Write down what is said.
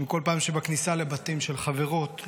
כל פעם שבכניסה לבתים של חברות,